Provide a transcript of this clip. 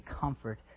comfort